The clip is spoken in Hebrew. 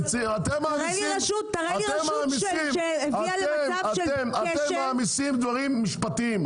תראה לי רשות שהביאה למצב של כשל --- אתם מעמיסים דברים משפטיים,